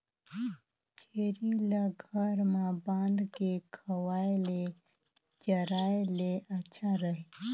छेरी ल घर म बांध के खवाय ले चराय ले अच्छा रही?